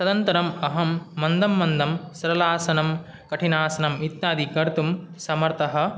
तदनन्तरम् अहं मन्दं मन्दं सरलासनं कठिनासनम् इत्यादि कर्तुं समर्थः